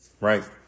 right